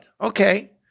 Okay